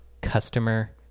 customer